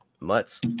Mutts